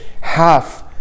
half